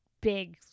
big